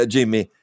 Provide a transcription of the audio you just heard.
Jimmy